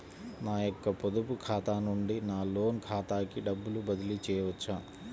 నా యొక్క పొదుపు ఖాతా నుండి నా లోన్ ఖాతాకి డబ్బులు బదిలీ చేయవచ్చా?